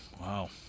Wow